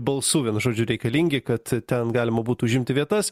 balsų vienu žodžiu reikalingi kad ten galima būtų užimti vietas